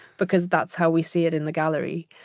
because that's how we see it in the gallery.